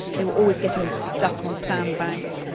they were always getting stuck on sandbanks.